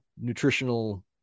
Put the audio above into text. nutritional